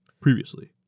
Previously